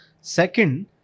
Second